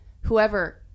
whoever